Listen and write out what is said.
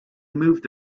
moved